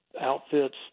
outfits